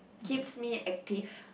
keeps me active